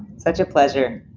such a pleasure.